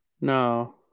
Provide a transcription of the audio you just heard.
No